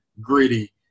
gritty